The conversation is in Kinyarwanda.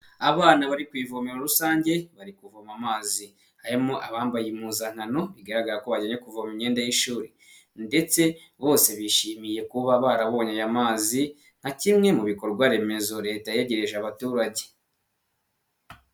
Abana bari ku ivomero rusange bari kuvoma amazi. Harimo abambaye impuzankano bigaragara ko bajyanye kuvoma imyenda y'ishuri ndetse bose bishimiye kuba barabonye aya mazi nka kimwe mu bikorwa remezo leta yegereje abaturage.